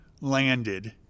landed